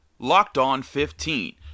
LOCKEDON15